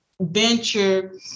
venture